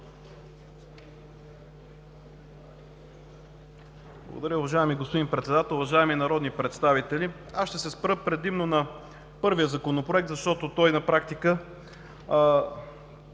Благодаря, уважаеми господин Председател. Уважаеми народни представители, аз ще се спра предимно на първият Законопроект, защото той на практика